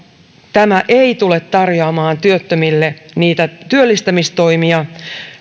tämä ei tule tarjoamaan työttömille työllistämistoimia